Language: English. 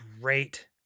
great